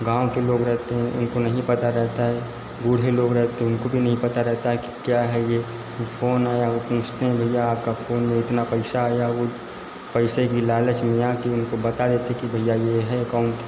गाँव के लोग रहते हैं उनको नहीं पता रहता है बूढ़े लोग रहते हैं उनको भी नहीं पता रहता है कि क्या है यह हुं फ़ोन आया वह पूछते हैं भैया आपका फ़ोन में इतना पैसा आया है वह पैसे की लालच में आकर उनको बता देते कि भैया यह है एकाउन्ट